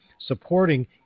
Supporting